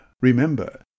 Remember